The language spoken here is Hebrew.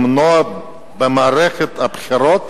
למנוע במערכת הבחירות